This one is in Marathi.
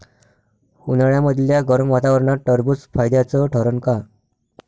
उन्हाळ्यामदल्या गरम वातावरनात टरबुज फायद्याचं ठरन का?